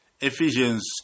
Ephesians